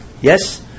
Yes